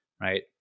right